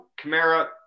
Kamara